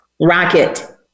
Rocket